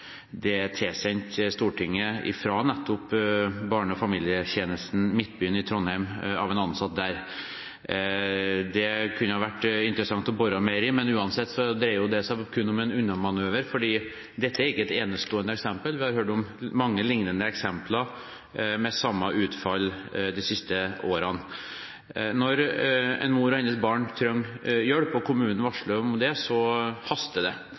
er tilsendt Stortinget fra nettopp Barne- og familietjenesten Midtbyen i Trondheim av en ansatt der. Det kunne det ha vært interessant å bore mer i, men uansett dreier det seg kun om en unnamanøver, for dette er ikke et enestående eksempel. Vi har hørt om mange liknende eksempler med samme utfall de siste årene. Når en mor og hennes barn trenger hjelp, og kommunen varsles om det, så haster det.